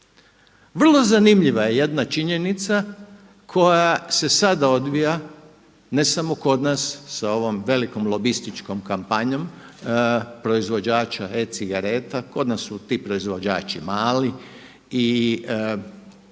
Vrlo zanimljiva je jedna činjenica koja se sada odvija ne samo kod nas sa ovom velikom lobističkom kampanjom proizvođača e-cigareta, kod nas su ti proizvođači mali i